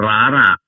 Rara